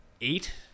eight